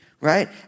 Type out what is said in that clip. right